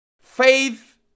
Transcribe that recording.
Faith